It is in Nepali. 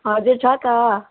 हजुर छ त